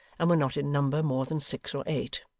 and were not in number more than six or eight.